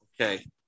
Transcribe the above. Okay